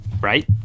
right